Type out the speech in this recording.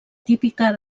típica